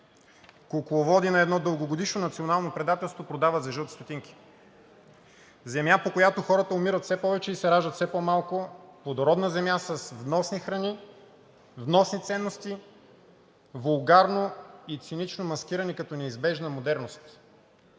кукловоди на едно дългогодишно национално предателство, продават за жълти стотинки, земя, по която хората умират все повече и се раждат все по-малко, плодородна земя с вносни храни, вносни ценности, вулгарно и цинично маскирани като неизбежна модерност.